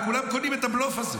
וכולם קונים את הבלוף הזה.